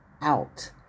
out